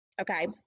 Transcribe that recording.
Okay